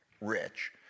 rich